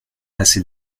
assez